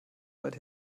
weit